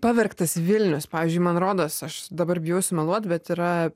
pavergtas vilnius pavyzdžiui man rodos aš dabar bijau sumeluot bet yra